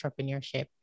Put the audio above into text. entrepreneurship